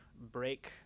break